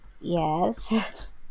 yes